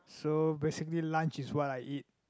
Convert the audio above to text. so basically lunch is what I eat